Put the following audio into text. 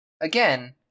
again